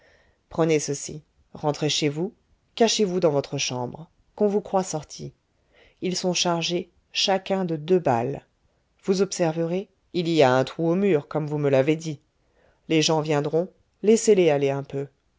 prenez ceci rentrez chez vous cachez-vous dans votre chambre qu'on vous croie sorti ils sont chargés chacun de deux balles vous observerez il y a un trou au mur comme vous me l'avez dit les gens viendront laissez-les aller un peu